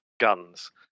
Guns